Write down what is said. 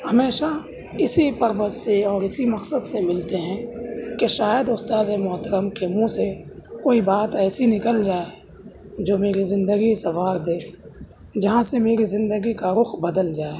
ہمیشہ اسی پرپز سے اور اسی مقصد سے ملتے ہیں کہ شاید استاذ محترم کے منہ سے کوئی بات ایسی نکل جائے جو میری زندگی سنوار دے جہاں سے میری زندگی کا رخ بدل جائے